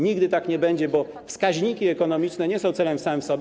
Nigdy tak nie będzie, bo wskaźniki ekonomiczne nie są celem samym w sobie.